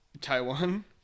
Taiwan